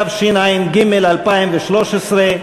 התשע"ג 2013,